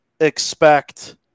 expect